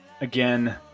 again